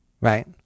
right